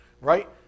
Right